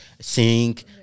sink